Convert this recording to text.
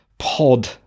Pod